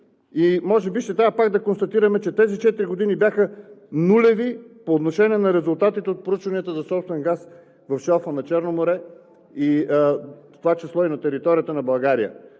и може би ще трябва пак да констатираме, че тези четири години бяха нулеви по отношение на резултатите от проучванията за собствен газ в шелфа на Черно море, в това число и на територията на България.